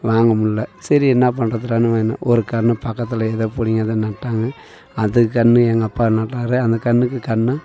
வாங்க முடில சரி என்ன பண்ணுறதுடான்னு வேனு ஒரு கன்று பக்கத்தில் இதைப் பிடுங்கியாந்து நட்டாங்க அது கன்று எங்கள் அப்பா நாட்டாரே அந்தக் கன்றுக்கு கன்று